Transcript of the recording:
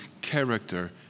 character